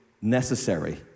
necessary